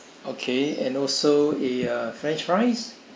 okay and also a uh french fries